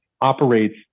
operates